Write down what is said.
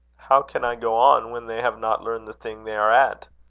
how can i go on when they have not learned the thing they are at?